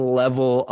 level